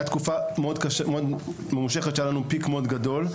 הייתה תקופה מאוד ממושכת שהיה לנו פיק מאוד גדול,